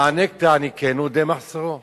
והענק תעניקנו די מחסורו